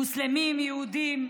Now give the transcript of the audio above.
מוסלמים, יהודים.